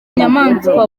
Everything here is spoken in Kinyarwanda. nyamaswa